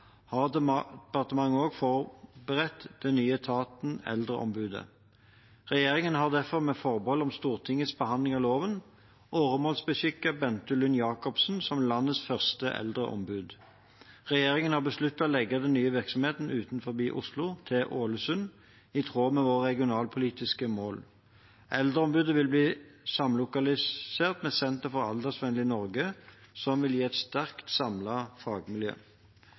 har departementet også forberedt den nye etaten, Eldreombudet. Regjeringen har derfor med forbehold om Stortingets behandling av loven åremålsbeskikket Bente Lund Jacobsen som landets første eldreombud. Regjeringen har besluttet å legge den nye virksomheten utenfor Oslo, til Ålesund, i tråd med våre regionalpolitiske mål. Eldreombudet vil bli samlokalisert med Senter for et aldersvennlig Norge, som vil gi et sterkt samlet fagmiljø.